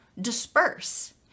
disperse